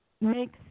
makes